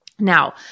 Now